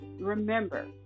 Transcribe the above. remember